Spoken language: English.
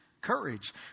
Courage